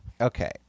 Okay